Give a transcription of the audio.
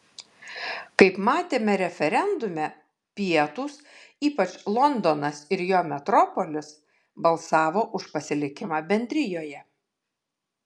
kaip matėme referendume pietūs ypač londonas ir jo metropolis balsavo už pasilikimą bendrijoje